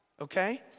okay